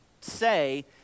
say